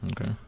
Okay